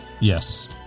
Yes